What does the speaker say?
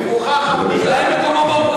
אדוני היושב-ראש, תודה רבה,